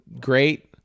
great